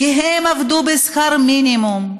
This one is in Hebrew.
כי הם עבדו בשכר מינימום,